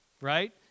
Right